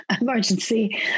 emergency